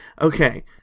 okay